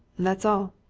that's all.